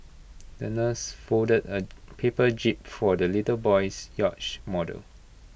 the nurse folded A paper jib for the little boy's yacht model